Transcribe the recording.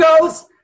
goes